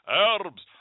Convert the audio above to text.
herbs